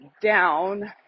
down